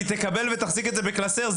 היא תקבל ותחזיק את זה בקלסר.